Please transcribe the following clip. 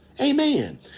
Amen